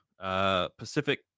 Pacific